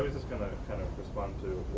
kind of respond to